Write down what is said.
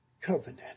covenant